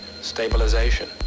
stabilization